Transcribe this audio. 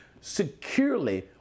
securely